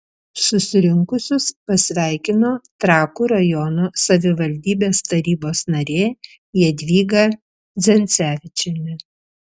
susirinkusius pasveikino trakų rajono savivaldybės tarybos narė jadvyga dzencevičienė